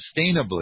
sustainably